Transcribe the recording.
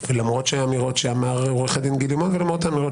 למרות האמירות שאמר עו"ד גיל לימון ולמרות האמירות